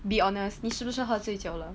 be honest 你是不是喝醉酒了